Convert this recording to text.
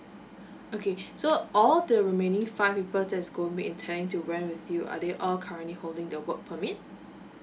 okay so all the remaining five people that's intending to rent with you are they all currently holding their work permit mm